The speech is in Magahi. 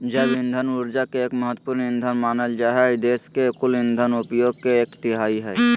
जैव इंधन ऊर्जा के एक महत्त्वपूर्ण ईंधन मानल जा हई देश के कुल इंधन उपयोग के एक तिहाई हई